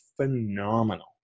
phenomenal